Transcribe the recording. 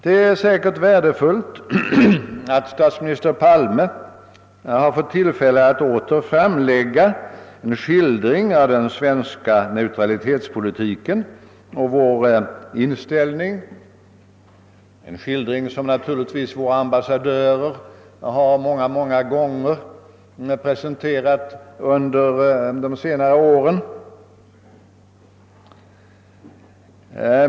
Det är säkerligen värdefullt att statsminister Palme har fått tillfälle att åter framlägga en skildring av den svenska neuralitetspolitiken och av vår inställning i detta sammanhang, i och för sig naturligtvis densamma som den våra ambassadörer många gånger under senare år presenterat.